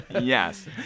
Yes